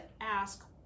ask